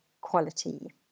quality